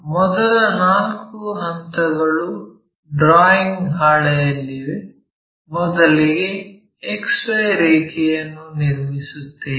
ಮೊದಲ ನಾಲ್ಕು ಹಂತಗಳು ಡ್ರಾಯಿಂಗ್ ಹಾಳೆಯಲ್ಲಿವೆ ಮೊದಲಿಗೆ XY ರೇಖೆಯನ್ನು ನಿರ್ಮಿಸುತ್ತೇವೆ